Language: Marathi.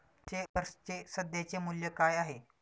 शेअर्सचे सध्याचे मूल्य काय आहे?